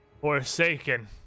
forsaken